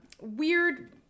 weird